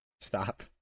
stop